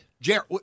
Jared